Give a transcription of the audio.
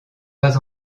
pas